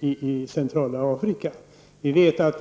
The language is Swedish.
i centrala Afrika betydligt.